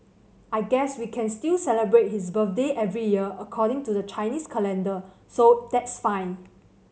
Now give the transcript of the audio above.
I guess we can still celebrate his birthday every year according to the Chinese calendar so that's fine